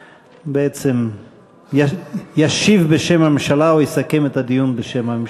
בעצם ישיב בשם הממשלה או יסכם את הדיון בשם הממשלה.